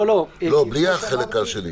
לא, בלי החלק השני.